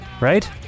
right